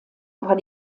war